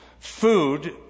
food